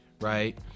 right